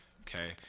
okay